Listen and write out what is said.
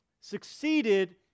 succeeded